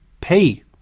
pay